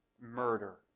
murder